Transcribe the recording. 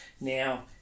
Now